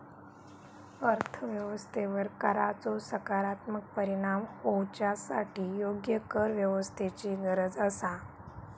अर्थ व्यवस्थेवर कराचो सकारात्मक परिणाम होवच्यासाठी योग्य करव्यवस्थेची गरज आसा